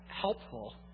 helpful